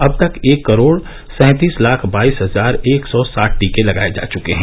अब तक एक करोड़ सैंतीस लाख बाईस हजार एक सौ साठ टीके लगाये जा चुके हैं